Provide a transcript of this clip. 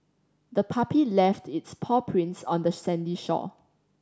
the puppy left its paw prints on the sandy shore